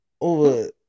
Over